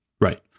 Right